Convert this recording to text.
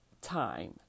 time